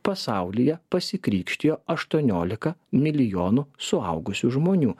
pasaulyje pasikrikštijo aštuoniolika milijonų suaugusių žmonių